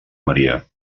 maria